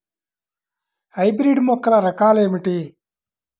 Hybrid మొక్కల రకాలు ఏమిటి?